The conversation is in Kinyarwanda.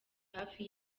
hafi